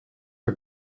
are